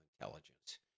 intelligence